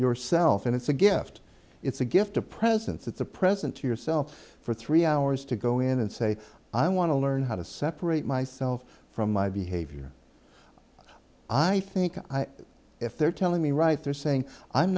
yourself and it's a gift it's a gift a presence it's a present to yourself for three hours to go in and say i want to learn how to separate myself from my behavior i think if they're telling me right they're saying i'm